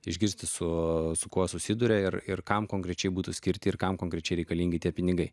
išgirsti su kuo susiduria ir ir kam konkrečiai būtų skirti ir kam konkrečiai reikalingi tie pinigai